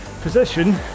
position